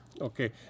Okay